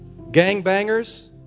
Gangbangers